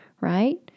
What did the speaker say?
right